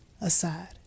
aside